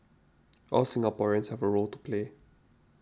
all Singaporeans have a role to play